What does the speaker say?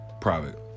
private